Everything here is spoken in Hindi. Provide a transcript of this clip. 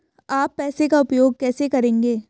आप पैसे का उपयोग कैसे करेंगे?